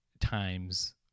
times